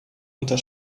unter